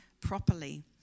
properly